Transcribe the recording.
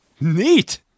Neat